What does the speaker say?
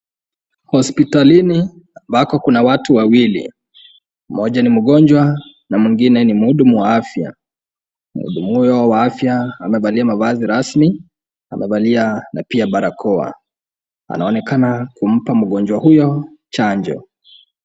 Hospitalini ambako kuna watu wawili. Mmoja ni mgonjwa na mwingine ni mhudumu wa afya. Mhudumu huyo wa afya amevalia mavazi rasmi, amevalia na pia barakoa. Anaonekana kumpa mgonjwa huyo chanjo.